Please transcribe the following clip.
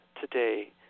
today